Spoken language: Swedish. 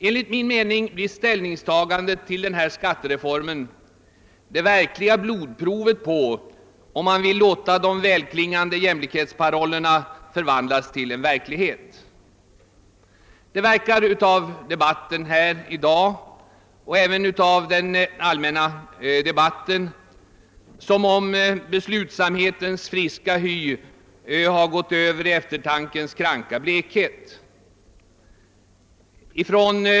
Enligt min mening blir ställningstagandet till den aviserade skattereformen det verkliga blodprovet på om man vill låta de välklingande jämlikhetsparollerna förvandlas till verklighet. Av dagens debatt liksom av debatten i allmänhet verkar det som om beslutsamhetens friska hy har fått eftertankens kranka blekhet.